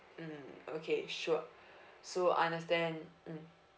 mmhmm okay sure so understand mmhmm